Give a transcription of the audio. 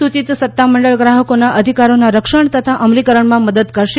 સૂચિત સત્તામંડળ ગ્રાહકોના અધિકારોના રક્ષણ તથા અમલીકરણમાં મદદ કરશે